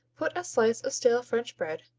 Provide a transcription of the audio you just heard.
put a slice of stale french bread,